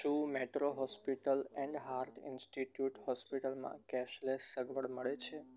શું Metro Hospital and Heart Institute હોસ્પિટલમાં cashless સગવડ મળે છે